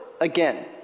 again